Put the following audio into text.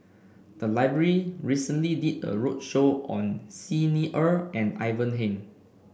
the library recently did a roadshow on Xi Ni Er and Ivan Heng